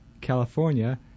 California